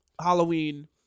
Halloween